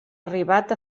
arribat